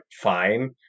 fine